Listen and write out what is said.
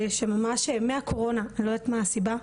שממש אומר שמהקורונה ואני לא יודעת מה הסיבה,